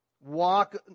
walk